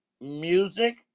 music